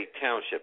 township